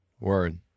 Word